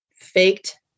faked